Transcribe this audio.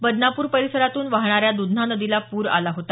बदनापूर परिसरातून वाहणाऱ्या द्धना नदीला पूर आला होता